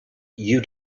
you